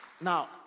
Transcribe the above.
Now